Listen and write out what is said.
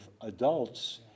adults